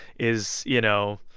is, you know,